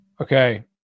okay